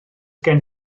gen